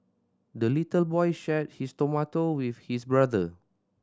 the little boy shared his tomato with his brother